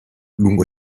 lungo